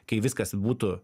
kai viskas būtų